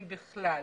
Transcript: אם בכלל.